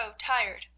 tired